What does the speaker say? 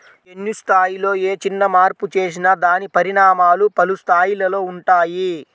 జన్యు స్థాయిలో ఏ చిన్న మార్పు చేసినా దాని పరిణామాలు పలు స్థాయిలలో ఉంటాయి